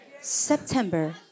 September